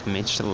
Mitch